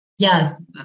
Yes